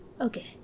Okay